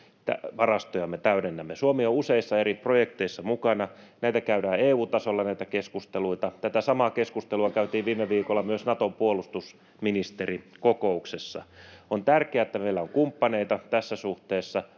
varastojamme täydennämme. Suomi on useissa eri projekteissa mukana. Näitä keskusteluita käydään EU-tasolla. Tätä samaa keskustelua käytiin viime viikolla myös Naton puolustusministerikokouksessa. On tärkeää, että meillä on kumppaneita tässä suhteessa,